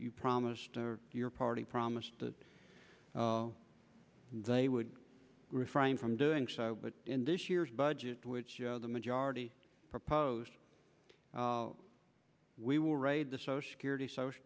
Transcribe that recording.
you promised your party promised to they would refrain from doing so but in this year's budget which the majority proposed we will raid the social security social